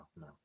no